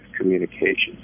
communications